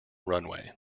runway